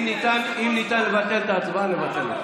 אם ניתן לבטל את ההצבעה, נבטל.